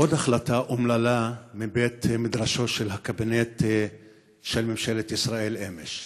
עוד החלטה אומללה מבית-מדרשו של הקבינט של ממשלת ישראל אמש,